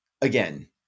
again